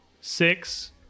six